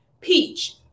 peach